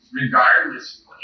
regardless